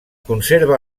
conserva